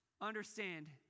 understand